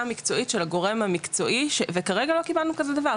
מקצועית של הגורם המקצועי וכרגע לא קיבלנו כזה דבר.